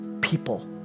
people